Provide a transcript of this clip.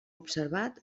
observat